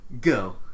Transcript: go